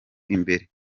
imbere